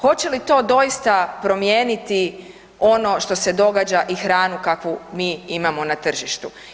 Hoće li to doista promijeniti ono što se događa i hranu kakvu mi imamo na tržištu?